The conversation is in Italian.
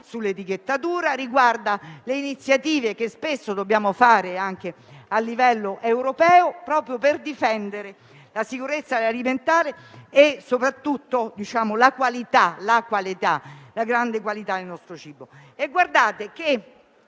sull'etichettatura e le iniziative che spesso dobbiamo fare, anche a livello europeo, proprio per difendere la sicurezza alimentare e soprattutto la grande qualità del nostro cibo. Guardate che